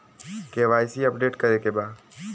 KYC update करे के बा?